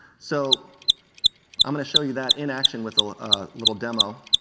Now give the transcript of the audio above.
so i'm going to show you that in action with a little demo.